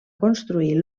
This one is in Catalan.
construir